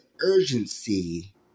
urgency